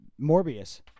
Morbius